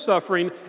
suffering